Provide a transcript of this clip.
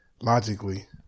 logically